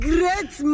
Great